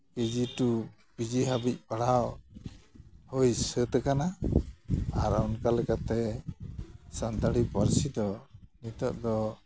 KG to PG ᱫᱷᱟᱹᱵᱤᱡ ᱯᱟᱲᱦᱟᱣ ᱦᱩᱭ ᱥᱟᱹᱛ ᱠᱟᱱᱟ ᱟᱨ ᱚᱱᱠᱟ ᱞᱮᱠᱟᱛᱮ ᱥᱟᱱᱛᱟᱲᱤ ᱯᱟᱹᱨᱥᱤ ᱫᱚ ᱱᱤᱛᱚᱜ ᱫᱚ